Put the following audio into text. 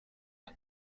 فقط